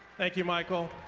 thank you, michael.